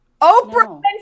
Oprah